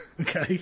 Okay